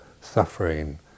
suffering